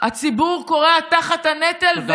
הציבור כורע תחת הנטל, תודה רבה.